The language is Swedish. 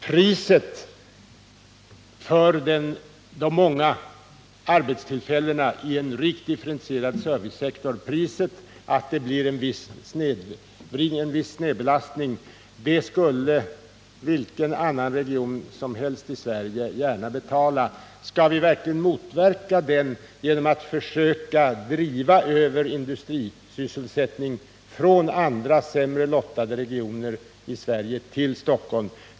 Priset för att det blir en viss snedvridning av de många arbetstillfällena i en rikt differentierad servicesektor skulle vilken annan region som helst i Sverige gärna betala. Skall vi verkligen motverka denna snedvridning i Stockholm genom att dit försöka driva över industrisysselsättning från andra, sämre lottade regioner i Sverige?